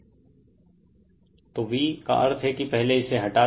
तो v refer time 3352 का अर्थ है कि पहले इसे हटा दें